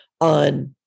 on